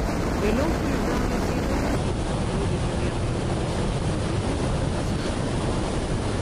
vėliau chuliganai sėdo į kitą įvykio vietoje buvusį automobilį ir pasišalino